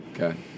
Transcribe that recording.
Okay